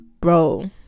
bro